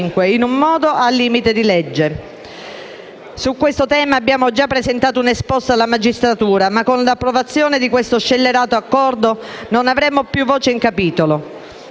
in un modo al limite della legge. Su questo tema abbiamo già presentato un esposto alla magistratura, ma con l'approvazione di questo scellerato Accordo non avremo più voce in capitolo.